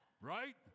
right